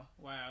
Wow